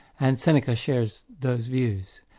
and seneca shares those views.